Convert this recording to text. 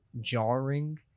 jarring